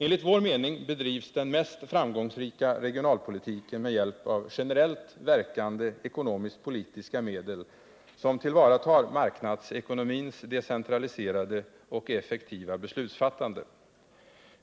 Enligt vår mening bedrivs den mest framgångsrika regionalpolitiken med hjälp av generellt verkande ekonomiskt-politiska medel, som tillvaratar marknadsekonomins decentraliserade och effektiva beslutsfattande.